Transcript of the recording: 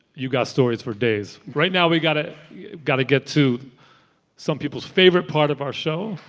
you've got stories for days. right now, we've got ah got to get to some people's favorite part of our show.